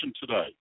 today